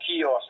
kiosk